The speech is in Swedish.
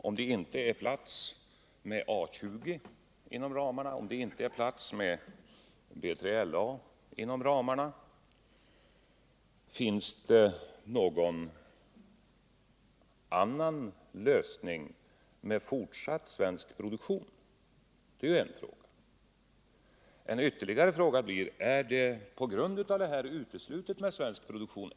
Om det inte är plats för A 20 och B3LA inom anslagsramarna, finns det då någon annan lösning för att kunna fortsätta svensk flygplansproduktion? Det är en fråga. En annan fråga är: Är det på grund av detta uteslutet med svensk produktion?